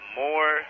more